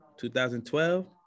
2012